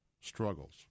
struggles